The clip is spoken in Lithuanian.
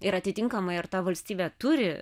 ir atitinkamai ar ta valstybė turi